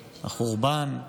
החורבן.